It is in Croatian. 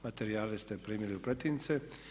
Materijale ste primili u pretince.